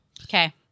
Okay